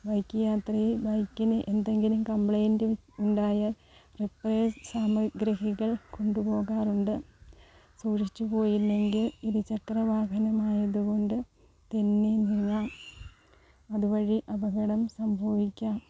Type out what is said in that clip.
bike യാത്ര ബൈക്കിന് എന്തെങ്കിലും കംപ്ലൈൻറ്റും ഉണ്ടായാൽ റിപ്പെയർ സാമഗ്രഹികൾ കൊണ്ട് പോകാറുണ്ട് സൂക്ഷിച്ചു പോയില്ലെങ്കിൽ ഇരുചക്ര വാഹനമായതു കൊണ്ട് തെന്നി വീഴാം അതുവഴി അപകടം സംഭവിക്കാം